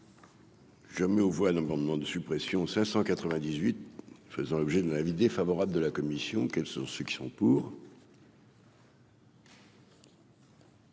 Je mets aux voix un amendement de suppression 598 faisant l'objet d'un avis défavorable de la commission, quels sont ceux qui sont pour.